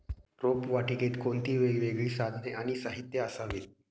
रोपवाटिकेत कोणती वेगवेगळी साधने आणि साहित्य असावीत?